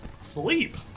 Sleep